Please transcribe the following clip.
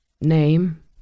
Name